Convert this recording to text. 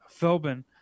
Philbin